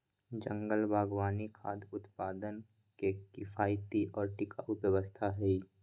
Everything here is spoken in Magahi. जंगल बागवानी खाद्य उत्पादन के किफायती और टिकाऊ व्यवस्था हई